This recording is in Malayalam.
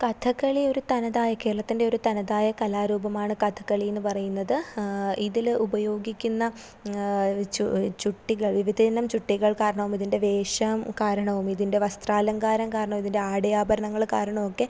കഥകളി ഒരു തനതായ കേരളത്തിൻ്റെ ഒരു തനതായ കലാരൂപമാണ് കഥകളിയെന്നു പറയുന്നത് ഇതിൽ ഉപയോഗിക്കുന്ന ചുട്ടികൾ വിവിധയിനം ചുട്ടികൾ കാരണവും ഇതിൻ്റെ വേഷം കാരണവും ഇതിൻ്റെ വസ്ത്രാലങ്കാരം കാരണവും ഇതിൻ്റെ ആടയാഭരണങ്ങൾ കാരണമൊക്കെ